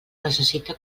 necessita